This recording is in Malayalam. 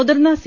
മുതിർന്ന സി